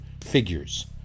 figures